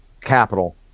capital